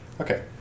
Okay